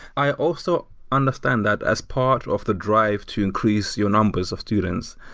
i also understand that as part of the drive to increase your numbers of students,